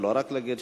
ולא רק להגיד,